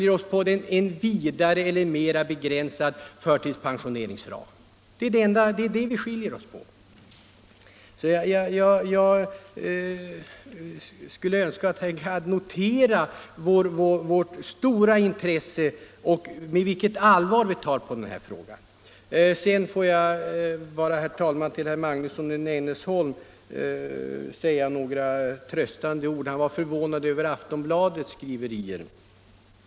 En vidare eller mera begränsad förtidspensionering, det är det vi debatterar. Jag skulle alltså önska att herr Gadd noterar vårt stora intresse och med vilket allvar vi tar på den här frågan. Till herr Magnusson i Nennesholm vill jag, herr talman, säga några tröstande ord. Herr Magnusson var förvånad över Aftonbladets skriverier.